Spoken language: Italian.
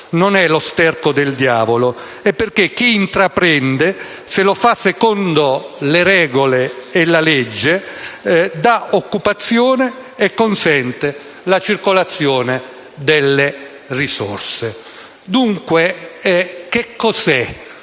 non è lo sterco del diavolo e perché chi intraprende, se lo fa secondo le regole e la legge, dà occupazione e consente la circolazione delle risorse. Ciò detto, cos'è